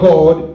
God